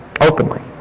openly